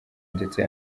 ndetse